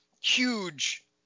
huge